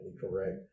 correct